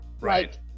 Right